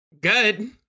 good